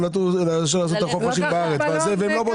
לצאת לחופשים בארץ והם לא בודקים את זה.